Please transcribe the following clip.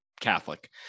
catholic